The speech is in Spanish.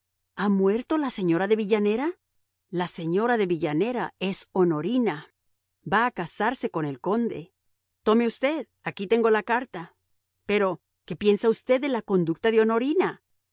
ha muerto la señora de villanera la señora de villanera es honorina va a casarse con el conde tome usted aquí tengo la carta pero qué piensa usted de la conducta de honorina